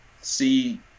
see